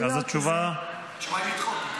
התשובה היא לדחות.